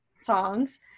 songs